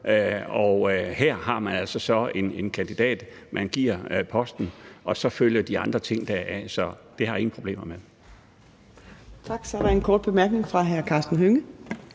Her har man altså så en kandidat, man giver posten, og så følger de andre ting deraf. Så det har jeg ingen problemer med.